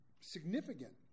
significant